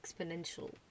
exponential